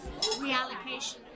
reallocation